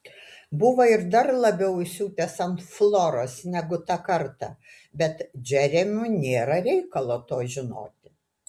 buvo ir dar labiau įsiutęs ant floros negu tą kartą bet džeremiui nėra reikalo to žinoti